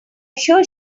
sure